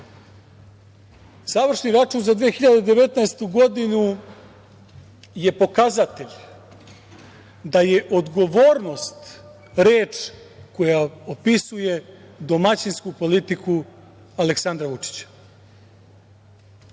račun za 2019. godinu je pokazatelj da je odgovornost reč koja opisuje domaćinsku politiku Aleksandra